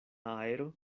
aero